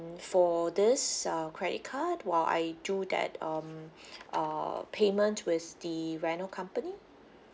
for this uh credit card while I do that um uh payment with the reno company